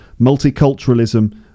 multiculturalism